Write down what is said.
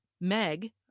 Meg